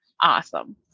awesome